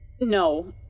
No